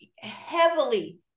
heavily